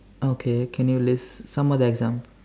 okay can you list some of the example